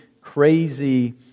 crazy